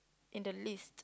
in the list